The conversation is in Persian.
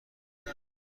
بودم